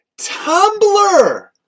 Tumblr